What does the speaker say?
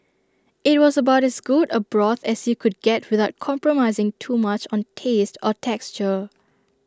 IT was about as good A broth as you could get without compromising too much on taste or texture